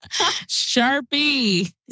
Sharpie